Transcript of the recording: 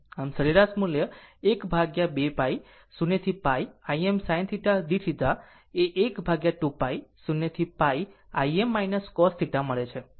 આમ સરેરાશ મૂલ્ય 1 ભાગ્યા 2π 0 to πIm sinθ dθ એ 1 ભાગ્યા 2π 0 to πIm cosθ મળે છે